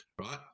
right